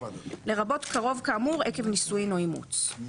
לרבות קרוב כאמור עקב נישואין או אימוץ".